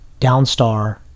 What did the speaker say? Downstar